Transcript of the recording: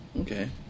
okay